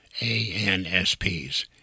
ANSPs